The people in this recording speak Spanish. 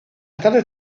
tardes